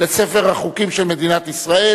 17 בעד, אין מתנגדים, אין נמנעים.